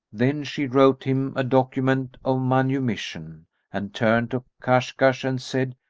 then she wrote him a document of manumission and turned to kashkash and said,